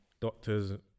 doctors